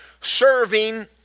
serving